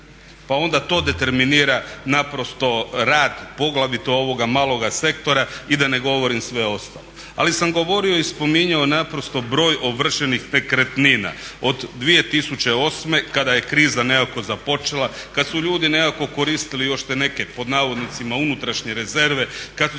time to determinira naprosto rad poglavito ovoga maloga sektora i da ne govorim sve ostalo. Ali sam govorio i spominjao naprosto broj ovršenih nekretnina od 2008. kada je kriza nekako započela, kada su ljudi nekako koristili još te neke pod navodnicima unutrašnje rezerve, kada su